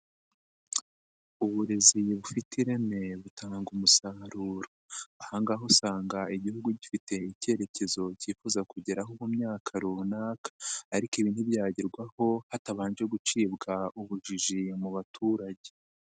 Uburezi bufite ireme butanga umusaruro. Ahangaha usanga igihugu gifite icyerekezo cyifuza kugeraho mu myaka runaka, ariko ibi ntibyagerwaho hatabanje gucibwa ubujiji mu baturage.